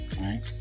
right